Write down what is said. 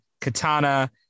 Katana